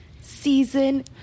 season